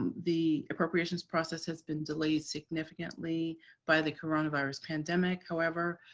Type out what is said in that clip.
and the appropriations process has been delayed significantly by the coronavirus pandemic, however,